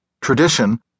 Tradition